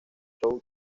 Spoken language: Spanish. show